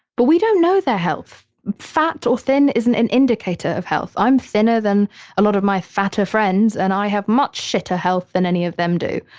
but we don't know their health, fat or thin, isn't an indicator of health. i'm thinner than a lot of my fatter friends, and i have much shitter health than any of them do.